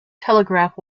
telegraph